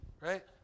Right